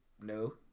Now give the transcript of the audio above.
no